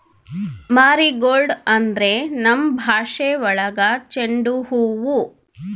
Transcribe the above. marigold ಅಂದ್ರೆ ನಮ್ ಭಾಷೆ ಒಳಗ ಚೆಂಡು ಹೂವು